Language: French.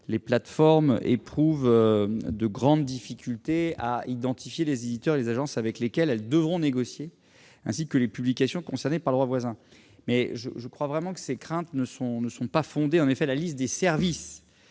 les plateformes n'éprouvent de grandes difficultés à identifier les éditeurs et les agences avec lesquelles elles devront négocier, ainsi que les publications concernées par le droit voisin. Néanmoins, je crois vraiment que ces craintes ne sont pas fondées. En effet, la liste des services